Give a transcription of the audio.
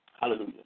Hallelujah